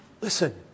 Listen